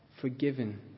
forgiven